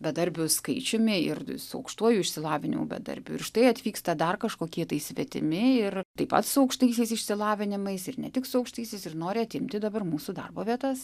bedarbių skaičiumi ir su aukštuoju išsilavinimu bedarbių ir štai atvyksta dar kažkokie svetimi ir taip pat su aukštaisiais išsilavinimais ir ne tik su aukštaisiais ir nori atimti dabar mūsų darbo vietas